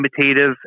imitative